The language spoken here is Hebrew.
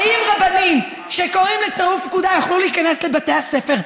האם רבנים שקוראים לצרוף פקודה יוכלו להיכנס לבתי הספר.